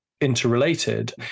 interrelated